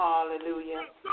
Hallelujah